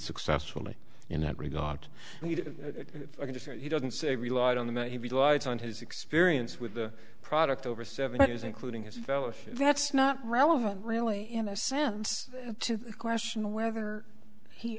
successfully in that regard and he doesn't say relied on that he lights on his experience with the product over seven years including his fellow if that's not relevant really in a sense to the question of whether he